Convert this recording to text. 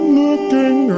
looking